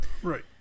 Right